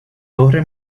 torre